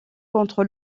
contre